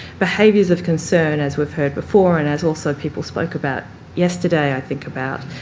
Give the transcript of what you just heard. behaviours of concern, as we've heard before and as also people spoke about yesterday, i think, about